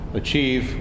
achieve